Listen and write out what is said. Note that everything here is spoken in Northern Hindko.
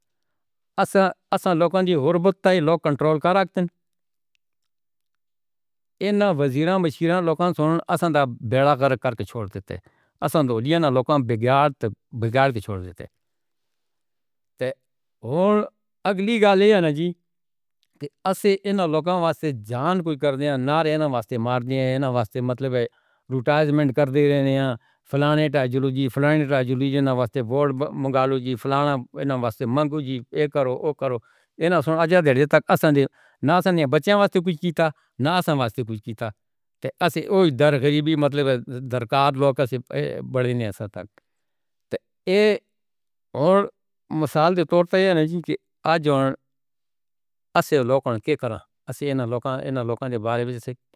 اَس اَس لوکاں دی گربت تے لوک کنٹرول کرا کے تھے۔ اِن وزیرا بچے لوکاں سُنّݨ اَساں دے بےڑا گرک کر کے چھوڑ دیندے۔ اَس دُودھیاں دے لوکاں بگاڑ تے بگاڑ کے چھوڑ دیندے۔ تے ہُݨ اڳلی ڳال اے ہے نا جی کہ اَسے اِن لوکاں واسطے جان کوئی کر ݙےݨا۔ نارے اِن واسطے مارݨے ہِن۔ اِن واسطے مطلب ریٹائرمنٹ کر ݙے ݙتی فلاݨے ٹائم چلو جی، فلاݨے ٹائم اِنہاں واسطے بورڈ منڳالو، جی فلاݨا اِن واسطے منڳاؤ، جی ایہ کرو، او کرو۔ اِن سُݨ اَجّ دےر تَک اَساں نہ بچّیاں واسطے کُجھ کیتا، نہ اَساں واسطے کُجھ کیتا تے اَسے ہوئی۔ درد غریبی مطلب دَرکار۔ لوک اَساں توں وݙے نہیں تھی سڳدے۔ تے ایہ وَریں ہِک ٻئی مثال اے ہے کہ اَجّ وَرُن. اَس لوک دے کر اَس اِن لوکاں اِن لوکاں دے بارے وچ۔